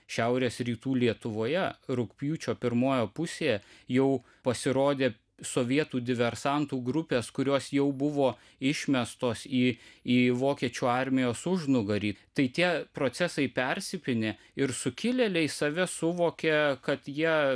šiaurės rytų lietuvoje rugpjūčio pirmoje pusėje jau pasirodė sovietų diversantų grupes kurios jau buvo išmestos į į vokiečių armijos užnugarį tai tie procesai persipynė ir sukilėliai save suvokė kad jie